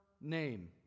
name